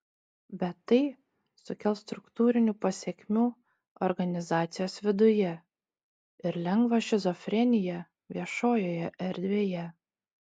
bet tai sukels struktūrinių pasekmių organizacijos viduje ir lengvą šizofreniją viešojoje erdvėje